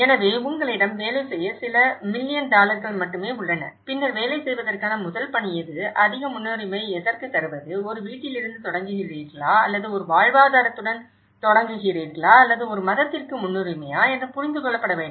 எனவே உங்களிடம் வேலை செய்ய சில மில்லியன் டாலர்கள் மட்டுமே உள்ளன பின்னர் வேலை செய்வதற்கான முதல் பணி எது அதிக முன்னுரிமை எதற்கு தருவது ஒரு வீட்டிலிருந்து தொடங்குகிறீர்களா அல்லது ஒரு வாழ்வாதாரத்துடன் தொடங்குகிறீர்களா அல்லது ஒரு மதத்திற்கு முன்னுரிமையா என்று புரிந்து கொள்ளப்பட வேண்டும்